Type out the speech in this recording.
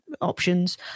options